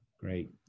Great